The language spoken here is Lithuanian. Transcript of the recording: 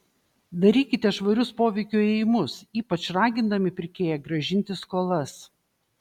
darykite švarius poveikio ėjimus ypač ragindami pirkėją grąžinti skolas